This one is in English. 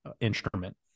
instrument